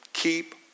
Keep